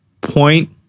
point